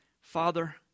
Father